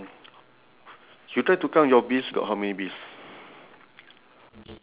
okay I think my sheep uh my my sheep is standing